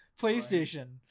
PlayStation